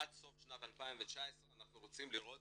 עד סוף 2019 אנחנו רוצים לראות